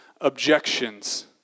objections